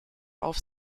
auf